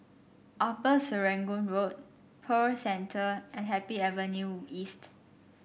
Upper Serangoon Road Pearl Centre and Happy Avenue East